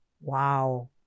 Wow